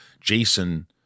Jason